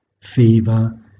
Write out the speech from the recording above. fever